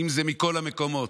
אם זה מכל המקומות.